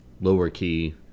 lower-key